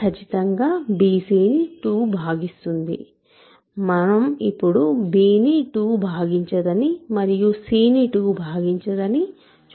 ఖచ్చితంగా b c ని 2 భాగిస్తుంది మనం ఇప్పుడు b ని 2 భాగించదని మరియు c ను 2 భాగించదని చూపిస్తాము